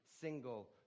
single